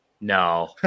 No